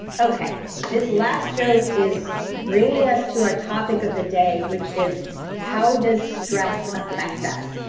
okay, this last stroke is bringing us to our topic of the day which is how does stress affect us?